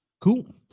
Cool